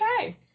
Okay